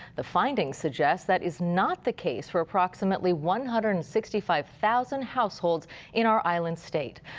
the findings suggest that is not the case for approximately one hundred and sixty five thousand households in our island state.